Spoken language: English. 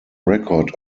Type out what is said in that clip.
record